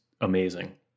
amazing